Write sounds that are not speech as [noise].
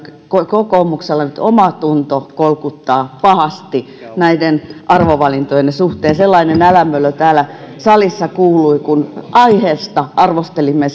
kokoomuksella nyt omatunto kolkuttaa pahasti näiden arvovalintojen suhteen sellainen älämölö täällä salissa kuului kun aiheesta arvostelimme [unintelligible]